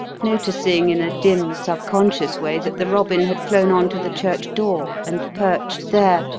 noticing in a dim subconscious way that the robin had flown on to the church door and perched there,